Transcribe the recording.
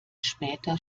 später